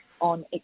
on